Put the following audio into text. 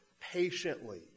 patiently